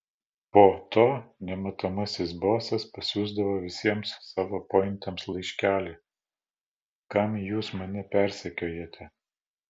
po to nematomasis bosas pasiųsdavo visiems savo pointams laiškelį kam jūs mane persekiojate